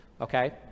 Okay